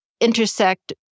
intersect